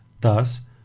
Thus